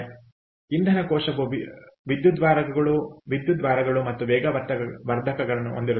ಆದ್ದರಿಂದ ಇಂಧನ ಕೋಶವು ವಿದ್ಯುದ್ವಾರಗಳು ಮತ್ತು ವೇಗವರ್ಧಕವನ್ನು ಹೊಂದಿರುತ್ತದೆ